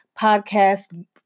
podcast